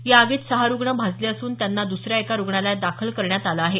या आगीत सहा रुग्ण भाजले असून त्यांना दुसर्या एका रुग्णालयात दाखल करण्यात आलं आहे